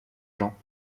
gens